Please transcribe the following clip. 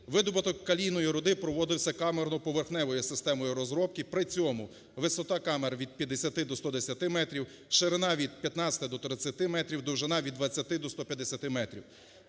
Видобуток калійної руди проводився камерно-поверхневою системою розробки, при цьому висота камер – від 50 до 110 метрів, ширина – від 15 до 30 метрів, довжина – від 20 до 150 метрів.